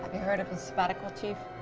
heard of a sabbatical, chief?